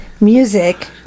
Music